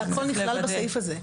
כל זה נכלל בסעיף הזה.